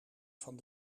van